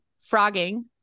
Frogging